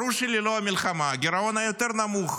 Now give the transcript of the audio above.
ברור שללא המלחמה הגירעון היה יותר נמוך,